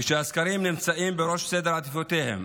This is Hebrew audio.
שהסקרים נמצאים בראש סדר עדיפויותיהם,